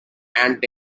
and